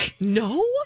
No